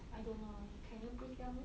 I don't know can you please tell me